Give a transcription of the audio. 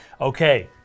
Okay